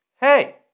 hey